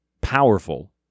powerful